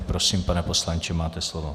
Prosím, pane poslanče, máte slovo.